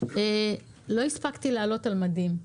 לא הספקתי לעלות על מדים.